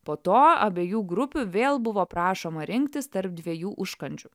po to abiejų grupių vėl buvo prašoma rinktis tarp dviejų užkandžių